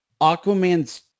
Aquaman's